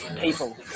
people